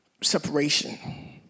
separation